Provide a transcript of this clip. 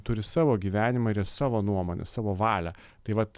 turi savo gyvenimą ir jie savo nuomonę savo valią tai vat